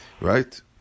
Right